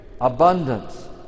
abundance